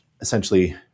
essentially